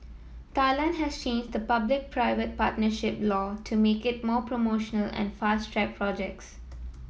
Thailand has changed the public private partnership law to make it more promotional and fast track projects